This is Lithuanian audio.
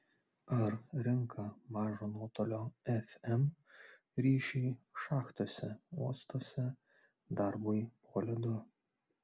ar rinka mažo nuotolio fm ryšiui šachtose uostuose darbui po ledu